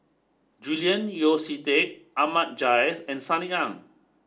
Julian Yeo See Teck Ahmad Jais and Sunny Ang